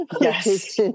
Yes